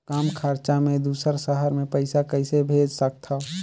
कम खरचा मे दुसर शहर मे पईसा कइसे भेज सकथव?